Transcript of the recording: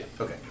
Okay